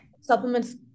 supplements